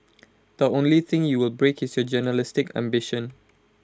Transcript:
the only thing you will break is your journalistic ambition